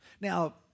Now